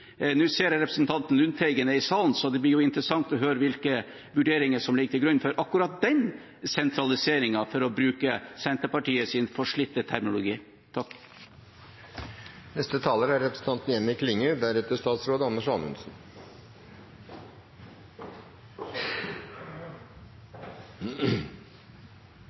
Nå ser jeg at representanten Lundteigen er i salen, så det blir jo interessant å høre hvilke vurderinger som ligger til grunn for akkurat den sentraliseringen, for å bruke Senterpartiets forslitte terminologi.